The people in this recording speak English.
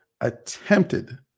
attempted